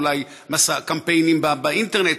אולי מסע קמפיינים באינטרנט,